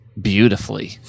beautifully